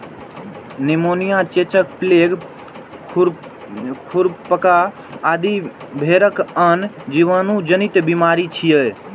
pneumonia, चेचक, plague, खुरपका आदि भेड़क आन जीवाणु जनित बीमारी छियै